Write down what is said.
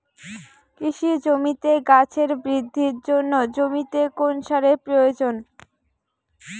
কৃষি জমিতে গাছের বৃদ্ধির জন্য জমিতে কোন সারের প্রয়োজন?